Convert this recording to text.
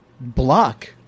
block